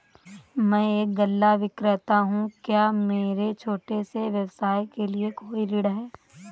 मैं एक गल्ला विक्रेता हूँ क्या मेरे छोटे से व्यवसाय के लिए कोई ऋण है?